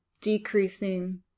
decreasing